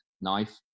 knife